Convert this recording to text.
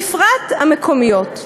בפרט המקומיות.